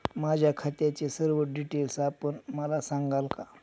माझ्या खात्याचे सर्व डिटेल्स आपण मला सांगाल का?